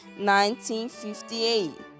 1958